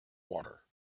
water